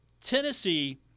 Tennessee